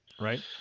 right